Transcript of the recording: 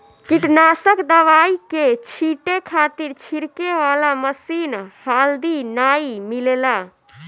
कीटनाशक दवाई के छींटे खातिर छिड़के वाला मशीन हाल्दी नाइ मिलेला